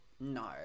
no